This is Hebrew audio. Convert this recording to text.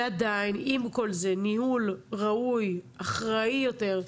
ועדיין עם כל זה, ניהול ראוי, אחראי יותר.